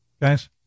Guys